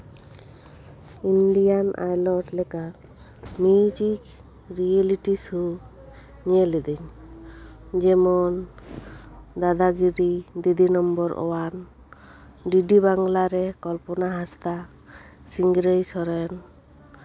Indian Idol ᱞᱮᱠᱟ music reality show ᱧᱮᱞᱤᱫᱟᱹᱧ ᱡᱮᱢᱚᱱ Dadagiri Didi number one DD Bangla ᱨᱮ ᱠᱚᱞᱯᱚᱱᱟ ᱦᱟᱸᱥᱫᱟ ᱥᱤᱝᱨᱟᱹᱭ ᱥᱚᱨᱮᱱ